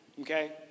okay